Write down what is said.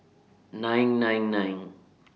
nine nine nine